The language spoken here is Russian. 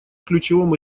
ключевом